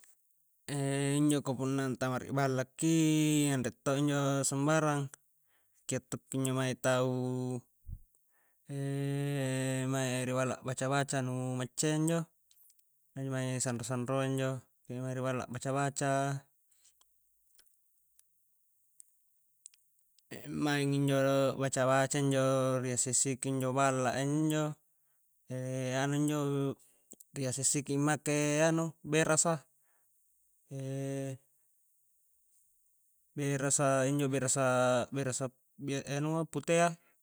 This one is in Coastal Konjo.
injo ka punna antama ri balla ki anre to injo sambarang, keo' to ki injo mae tau mae ri balla a'baca-baca nu maccayya injo mae sanro-sanroa injo kunjo mae ri balla a'baca-baca maing injo a'baca-baca injo ri assi-asiki injo balla a injo anu injo ri assi-assiki make anu berasa berasa injo berasaaa-berasa anua putea